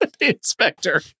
inspector